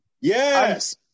Yes